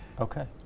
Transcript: okay